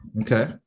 okay